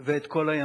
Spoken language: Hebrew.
ואת כל הימין.